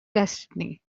destiny